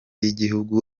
y’igihugu